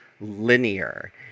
linear